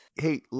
Hey